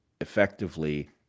effectively